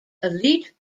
elite